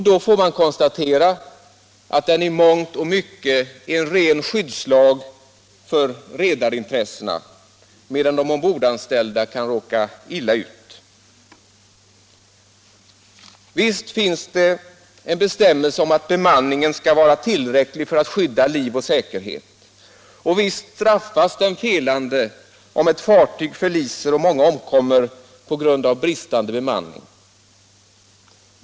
Då får man konstatera att den i mångt och mycket är en ren skyddslag för redarintressena medan de ombordanställda kan råka illa ut. Visst finns det en bestämmelse om att bemanningen skall vara tillräcklig för att skydda liv och säkerhet. Och visst straffas den felande om ett fartyg förliser och många omkommer på grund av bristande bemanning.